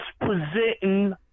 presenting